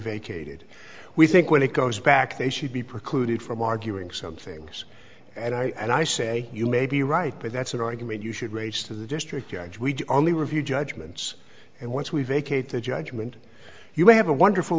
vacated we think when it goes back they should be precluded from arguing some things and i say you may be right but that's an argument you should raise to the district judge we only review judgments and once we vacate the judgment you may have a wonderful